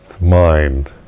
mind